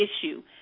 issue